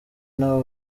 n’aba